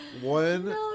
One